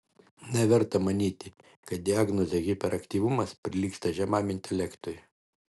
neverta manyti kad diagnozė hiperaktyvumas prilygsta žemam intelektui